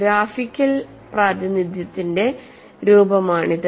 graphical പ്രാതിനിധ്യത്തിന്റെ ഒരു രൂപമാണിത്